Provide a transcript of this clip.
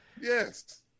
Yes